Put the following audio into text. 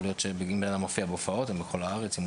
יכול להיות שהם מופיעים בהופעות בכל הארץ.